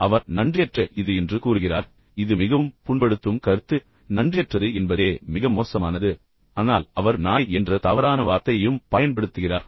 அவர் நன்றியற்ற இது என்று கூறுகிறார் இது மிகவும் புண்படுத்தும் கருத்து நன்றியற்றது என்பதே மிக மோசமானது ஆனால் அவர் நாய் என்ற தவறான வார்த்தையையும் பயன்படுத்துகிறார்